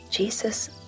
Jesus